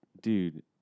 dude